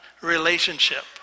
relationship